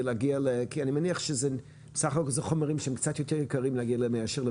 כי מניח שבסך הכל אלה חומרים שהם קצת יותר יקרים מאשר,